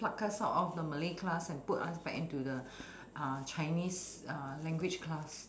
pluck us out of the malay class and put us back into the uh chinese uh language class